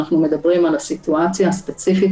אלא אנחנו מדברים על סיטואציה ספציפית